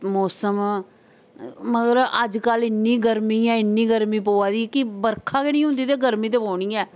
मौसम मगर अज्ज कल्ल इन्नी गर्मी ऐ इन्नी गर्मी पौआ दी की बर्खा गै नी होंदी ते गर्मी ते पौनी गै